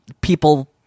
people